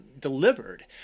delivered